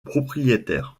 propriétaire